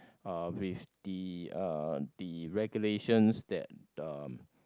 uh with the uh the regulations that uh